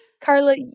Carla